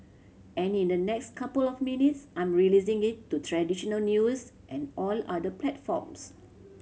and in the next couple of minutes I'm releasing it to traditional news and all other platforms